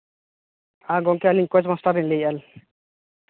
ᱟᱨ ᱜᱚᱢᱠᱮ ᱟᱹᱞᱤᱧ coach master ᱞᱤᱧ ᱞᱟᱹᱭᱮᱫᱟ